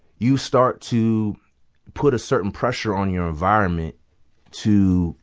you start to put a certain pressure on your environment to